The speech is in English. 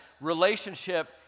relationship